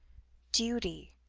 duty,